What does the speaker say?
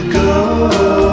go